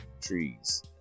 trees